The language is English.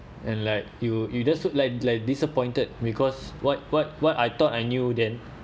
and like you you just look like like disappointed because what what what I thought I knew then